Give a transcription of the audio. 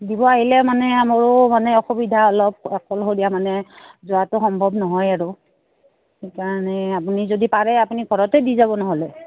দিব আহিলে মানে আমোৰো মানে অসুবিধা অলপ অকলশৰীয়া মানে যোৱাটো সম্ভৱ নহয় আৰু সেইকাৰণে আপুনি যদি পাৰে আপুনি ঘৰতে দি যাব নহ'লে